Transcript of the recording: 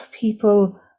people